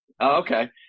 Okay